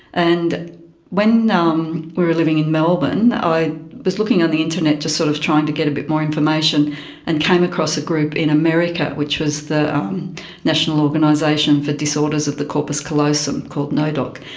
and when we um were living in melbourne i was looking on the internet to sort of try and get a bit more information and came across a group in america which was the national organisation for disorders of the corpus callosum, called nodcc.